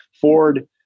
Ford